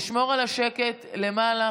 לשמור על השקט למעלה.